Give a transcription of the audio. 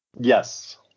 Yes